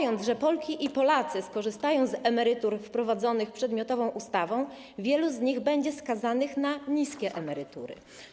Jeżeli Polki i Polacy skorzystają z emerytur wprowadzonych przedmiotową ustawą, wielu z nich będzie skazanych na niskie świadczenia.